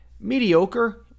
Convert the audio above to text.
mediocre